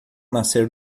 nascer